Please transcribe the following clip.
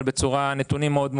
אבל הנתונים הם מאוד מוגבלים.